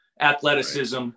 athleticism